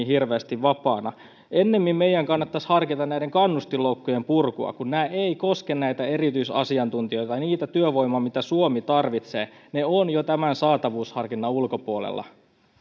hirveästi vapaina ennemmin meidän kannattaisi harkita näiden kannustinloukkujen purkua kun nämä eivät koske erityisasiantuntijoita sitä työvoimaa mitä suomi tarvitsee he ovat jo tämän saatavuusharkinnan ulkopuolella